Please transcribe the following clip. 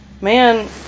Man